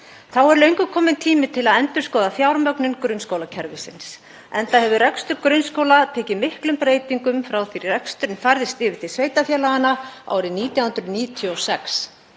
Þá er löngu kominn tími til að endurskoða fjármögnun grunnskólakerfisins enda hefur rekstur grunnskóla tekið miklum breytingum frá því að reksturinn færðist yfir til sveitarfélaganna árið 1996.